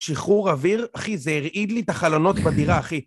שחרור אוויר, אחי, זה הרעיד לי את החלונות בדירה, אחי.